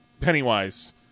pennywise